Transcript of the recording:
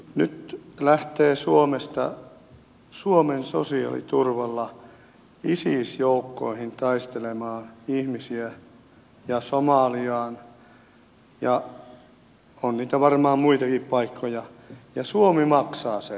nyt lähtee suomesta suomen sosiaaliturvalla isis joukkoihin taistelemaan ihmisiä ja somaliaan ja on niitä varmaan muitakin paikkoja ja suomi maksaa sen